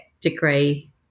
degree